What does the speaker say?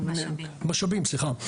משאבים, סליחה.